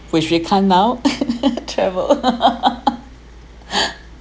which we can't now travel